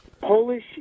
Polish